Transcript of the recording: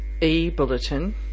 e-bulletin